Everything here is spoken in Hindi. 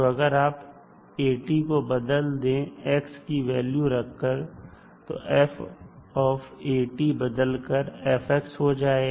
अगर आप at को बदल दे x की वैल्यू रखकर तो बदल कर f हो जाएगा